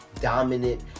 dominant